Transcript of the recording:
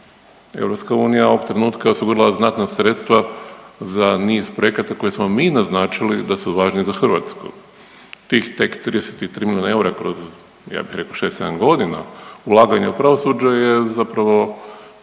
EU ovog trenutka oslobodila je znatna sredstva za niz projekata koje smo mi naznačili da su važni za Hrvatsku. Tih tek 33 miliona eura kroz ja bih rekao 6-7 godina ulaganja u pravosuđe je zapravo